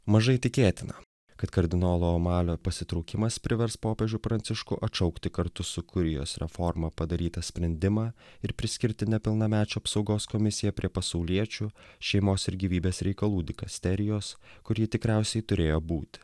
mažai tikėtina kad kardinolo omalio pasitraukimas privers popiežių pranciškų atšaukti kartu su kurijos reforma padarytą sprendimą ir priskirti nepilnamečių apsaugos komisiją prie pasauliečių šeimos ir gyvybės reikalų dikasterijos kur ji tikriausiai turėjo būti